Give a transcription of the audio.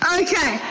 okay